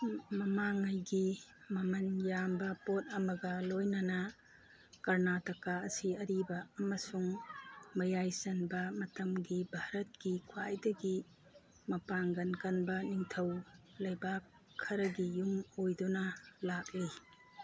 ꯃꯃꯥꯡꯉꯩꯒꯤ ꯃꯃꯜ ꯌꯥꯝꯕ ꯄꯣꯠ ꯑꯃꯒ ꯂꯣꯏꯅꯅ ꯀꯔꯅꯥꯇꯀꯥ ꯑꯁꯤ ꯑꯔꯤꯕ ꯑꯃꯁꯨꯡ ꯃꯌꯥꯏ ꯆꯟꯕ ꯃꯇꯝꯒꯤ ꯚꯥꯔꯠꯀꯤ ꯈ꯭ꯋꯥꯏꯗꯒꯤ ꯃꯄꯥꯡꯒꯜ ꯀꯟꯕ ꯅꯤꯡꯊꯧ ꯂꯩꯕꯥꯛ ꯈꯔꯒꯤ ꯌꯨꯝ ꯑꯣꯏꯗꯨꯅ ꯂꯥꯛꯂꯤ